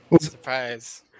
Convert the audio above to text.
Surprise